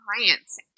clients